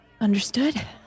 Understood